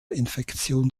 infektion